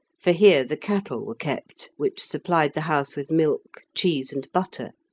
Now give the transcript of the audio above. for here the cattle were kept, which supplied the house with milk, cheese, and butter,